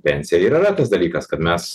pensija ir yra tas dalykas kad mes